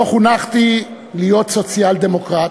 לא חונכתי להיות סוציאל-דמוקרט.